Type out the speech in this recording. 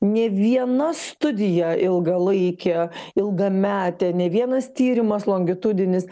ne viena studija ilgalaikė ilgametė ne vienas tyrimas longitudinis